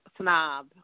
snob